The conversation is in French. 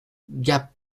gap